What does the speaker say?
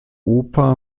oper